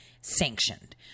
sanctioned